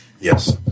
Yes